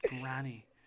granny